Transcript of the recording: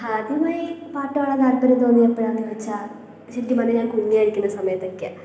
ആദ്യമായി പാട്ടു പാടാൻ താത്പര്യം തോന്നിയ എപ്പോഴാണെന്നു ചോദിച്ചാൽ ശരിക്കും പറഞ്ഞാൽ ഞാൻ കുഞ്ഞായിരിക്കുന്ന സമയത്തൊക്കെയാണ്